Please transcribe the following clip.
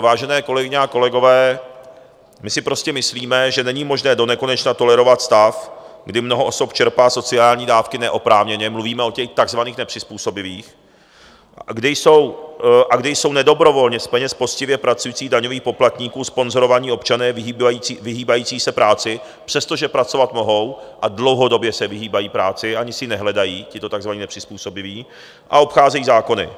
Vážené kolegyně a kolegové, my si myslíme, že není možné donekonečna tolerovat stav, kdy mnoho osob čerpá sociální dávky neoprávněně mluvíme o těch takzvaných nepřizpůsobivých, kdy jsou nedobrovolně z peněz poctivě pracujících daňových poplatníků sponzorováni občané vyhýbající se práci, přestože pracovat mohou, a dlouhodobě se vyhýbají práci, ani si ji nehledají tito takzvaní nepřizpůsobiví, a obcházejí zákony.